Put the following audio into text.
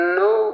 no